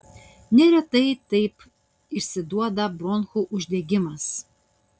neretai taip išsiduoda bronchų uždegimas